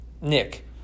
Nick